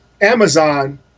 Amazon